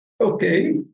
okay